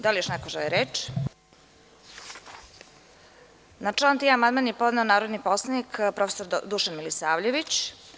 Da li još neko želi reč? (Ne.) Na član 3. amandman je podneo narodni poslanik prof. dr Dušan Milisavljević.